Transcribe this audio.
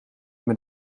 met